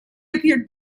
appeared